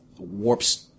Warps